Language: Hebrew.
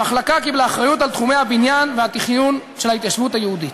המחלקה קיבלה אחריות לתחומי הבניין והתכנון של ההתיישבות היהודית.